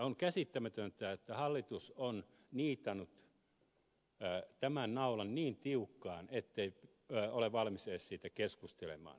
on käsittämätöntä että hallitus on niitannut tämän naulan niin tiukkaan ettei ole valmis edes siitä keskustelemaan